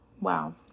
wow